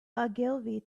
ogilvy